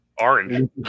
Orange